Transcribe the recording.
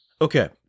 Okay